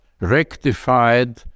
rectified